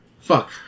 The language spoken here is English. Fuck